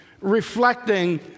reflecting